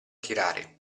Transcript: tirare